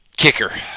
Kicker